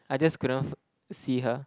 I just couldn't see her